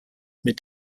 mit